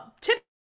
Tip